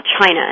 China